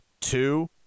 two